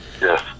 Yes